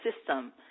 system